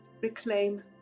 reclaim